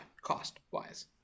cost-wise